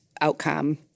outcome